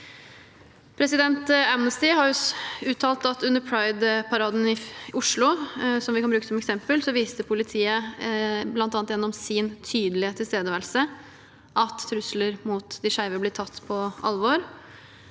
Amnesty har uttalt at under pride-paraden i Oslo, som vi kan bruke som eksempel, viste politiet, bl.a. gjennom sin tydelige tilstedeværelse, at trusler mot de skeive blir tatt på alvor.